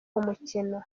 umukino